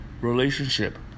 relationship